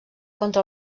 contra